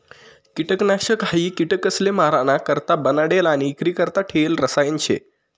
किटकनाशक हायी किटकसले माराणा करता बनाडेल आणि इक्रीकरता ठेयेल रसायन शे